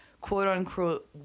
quote-unquote